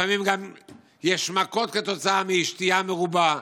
לפעמים גם יש מכות כתוצאה משתייה מרובה,